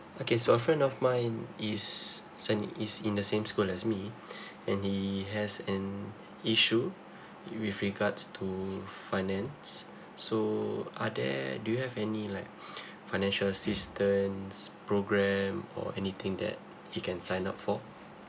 okay so a friend of mine is send~ is in the same school as me and he has an issue with regards to finance so are there do you have any like financial assistance program or anything that he can sign up for